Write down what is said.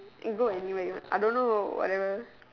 and go anywhere you want I don't know whatever